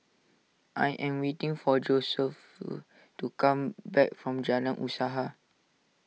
I am waiting for Josephus to come back from Jalan Usaha